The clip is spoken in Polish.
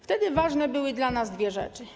Wtedy ważne były dla nas dwie rzeczy.